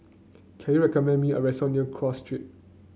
can you recommend me a restaurant near Cross Street